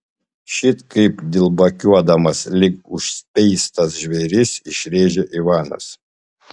šit kaip dilbakiuodamas lyg užspeistas žvėris išrėžė ivanas